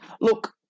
look